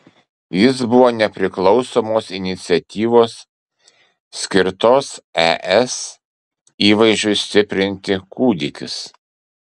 jis buvo nepriklausomos iniciatyvos skirtos es įvaizdžiui stiprinti kūdikis